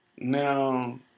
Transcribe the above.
Now